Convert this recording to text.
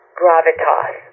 gravitas